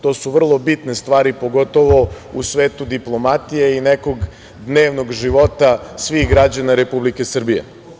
To su vrlo bitne stvari, pogotovo u svetu diplomatije i nekog dnevnog života svih građana Republike Srbije.